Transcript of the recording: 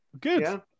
Good